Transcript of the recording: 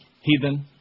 Heathen